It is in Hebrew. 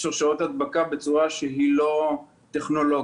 שרשראות הדבקה בצורה שהיא לא טכנולוגית.